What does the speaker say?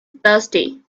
thirsty